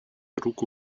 руку